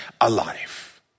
alive